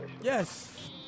yes